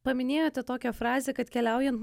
paminėjote tokią frazę kad keliaujant